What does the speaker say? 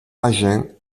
agen